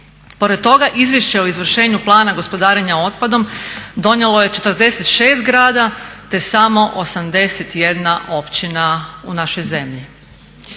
Pored toga izvješće o izvršenju plana gospodarenja otpadom donijelo je 46 gradova te samo 81 općina u našoj zemlji.